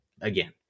again